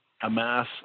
amass